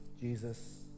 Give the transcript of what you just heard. Jesus